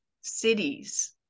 cities